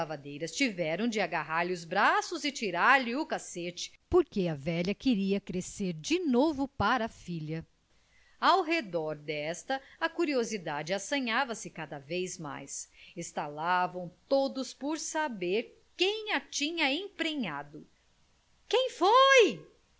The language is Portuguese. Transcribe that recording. tiveram de agarrar lhe os braços e tirar-lhe o cacete porque a velha queria crescer de novo para a filha ao redor desta a curiosidade assanhava se cada vez mais estalavam todos por saber quem a tinha emprenhado quem foi